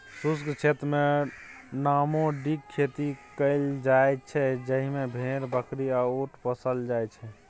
शुष्क क्षेत्रमे नामेडिक खेती कएल जाइत छै जाहि मे भेड़, बकरी आ उँट पोसल जाइ छै